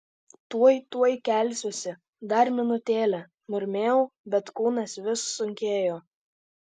tuoj tuoj kelsiuosi dar minutėlę murmėjau bet kūnas vis sunkėjo